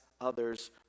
others